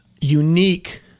unique